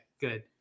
good